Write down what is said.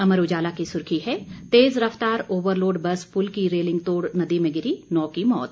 अमर उजाला की सुर्खी है तेज रफ्तार ओवर लोड बस पुल की रेलिंग तोड़ नदी में गिरी नौ की मौत